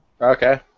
Okay